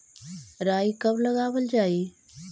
राई कब लगावल जाई?